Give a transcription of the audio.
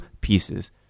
pieces